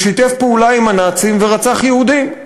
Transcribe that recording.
ששיתף פעולה עם הנאצים ורצח יהודים,